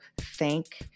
thank